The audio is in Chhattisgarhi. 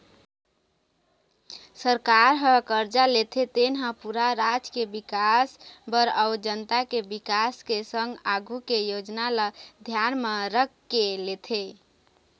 सरकार ह करजा लेथे तेन हा पूरा राज के बिकास बर अउ जनता के बिकास के संग आघु के योजना ल धियान म रखके लेथे